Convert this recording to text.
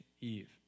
Eve